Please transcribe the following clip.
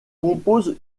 compose